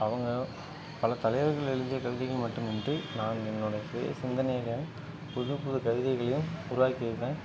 அவங்க பல தலைவர்கள் எழுதிய கவிதைகள் மட்டுமின்றி நான் என்னோட சுய சிந்தனையில புது புது கவிதைகளையும் உருவாக்கிருக்கேன்